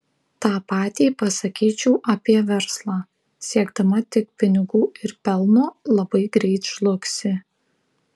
tą patį pasakyčiau apie verslą siekdama tik pinigų ir pelno labai greit žlugsi